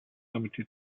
limited